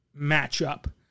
matchup